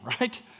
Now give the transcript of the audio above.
right